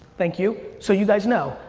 thank you. so you guys know.